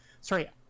Sorry